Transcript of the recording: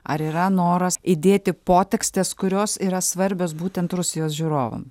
ar yra noras įdėti potekstes kurios yra svarbios būtent rusijos žiūrovam